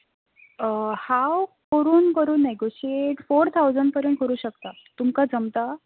हांव करून करून नेगोशिएट फोर टाउसंड करून करूं शकता तुमकां जमता